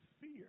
fear